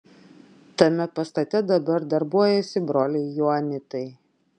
tame pastate dabar darbuojasi broliai joanitai